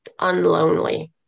unlonely